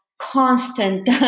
constant